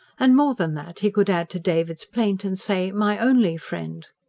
and more than that he could add to david's plaint and say, my only friend.